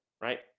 right